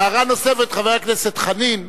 הערה נוספת, חבר הכנסת חנין,